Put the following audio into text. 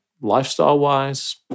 lifestyle-wise